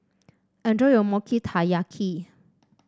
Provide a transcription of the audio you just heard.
enjoy your Mochi Taiyaki